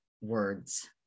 words